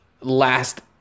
last